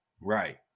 Right